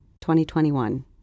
2021